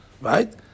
right